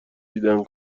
دیدن